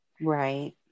right